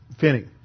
Finney